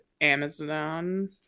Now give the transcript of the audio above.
amazon